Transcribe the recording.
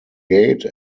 gate